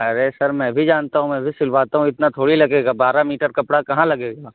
ارے sir میں بھی جانتا ہوں میں بھی سلواتا ہوں اتنا تھوری لگے گا بارہ میٹر کپڑا کہاں لگے گا